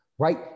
right